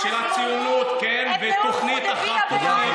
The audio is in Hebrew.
תודה,